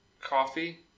coffee